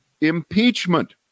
impeachment